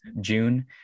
June